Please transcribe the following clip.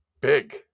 Big